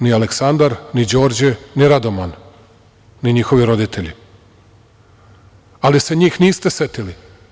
Ni Aleksandar, ni Đorđe, ni Radoman, ni njihovi roditelji, ali niste se njih setili.